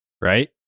Right